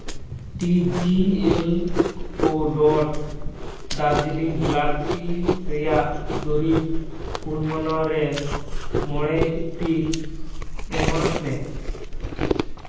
T G L ᱠᱳ ᱰᱚᱴ Darjeeling black tea ᱨᱮᱭᱟᱜ ᱫᱩᱨᱤᱵᱽ ᱠᱩᱢᱚᱱᱟ ᱨᱮ ᱢᱚᱬᱮ ᱤᱯᱤᱞ ᱮᱢᱟᱜ ᱢᱮ